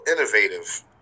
innovative